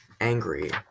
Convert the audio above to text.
angry